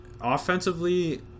Offensively